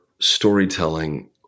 storytelling